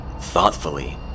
thoughtfully